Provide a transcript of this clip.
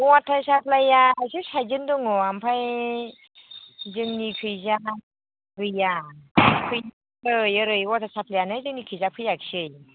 अवाटार साफ्लाइआ एसे साइटजों दङ ओमफ्राय जोंनिखैजा गैया ओरै अवाटार साफ्लाइआनो जोंनिखैजा फैयासै